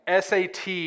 SAT